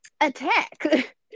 attack